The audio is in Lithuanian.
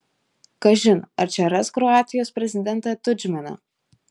kažin ar čia ras kroatijos prezidentą tudžmaną